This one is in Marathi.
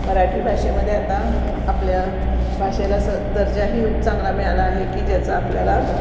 मराठी भाषेमध्ये आता आपल्या भाषेला स दर्जाही चांगला मिळाला आहे की ज्याचा आपल्याला